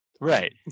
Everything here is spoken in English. right